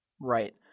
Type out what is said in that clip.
Right